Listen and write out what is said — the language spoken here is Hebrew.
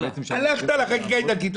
הלכת לחקיקה האיטלקית.